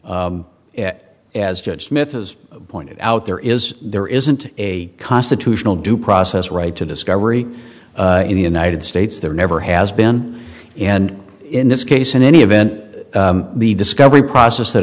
as judge smith has pointed out there is there isn't a constitutional due process right to discovery in the united states there never has been and in this case in any event the discovery process that